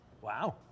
Wow